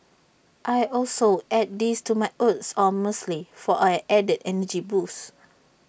I also add these to my oats or muesli for an added energy boost